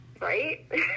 Right